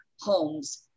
homes